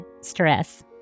stress